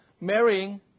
marrying